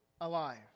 alive